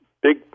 big